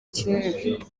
kinini